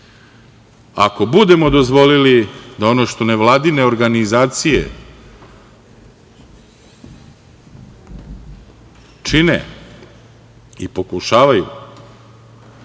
budemo dozvolili da ono što nevladine organizacije čine i pokušavaju,